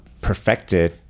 perfected